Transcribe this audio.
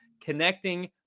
connecting